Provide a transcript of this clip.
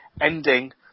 ending